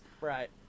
Right